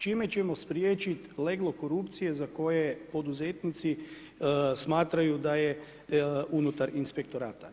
Čime ćemo spriječiti leglo korupcije, za koje poduzetnici smatraju da je unutar inspektorata.